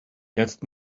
jetzt